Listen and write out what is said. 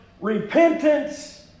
repentance